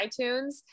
itunes